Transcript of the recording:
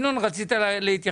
ינון, רצית להתייחס.